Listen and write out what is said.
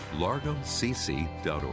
largocc.org